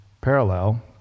parallel